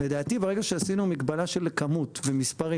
לדעתי ברגע שעשינו מגבלה של כמות ומספרים,